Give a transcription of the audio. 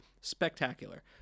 spectacular